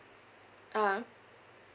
ah